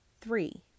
Three